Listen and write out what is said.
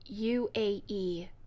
UAE